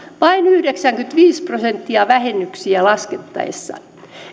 vain yhdeksänkymmentäviisi prosenttia vähennyksiä laskettaessa